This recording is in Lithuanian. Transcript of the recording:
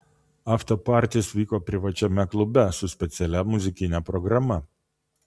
aftepartis vyko privačiame klube su specialia muzikine programa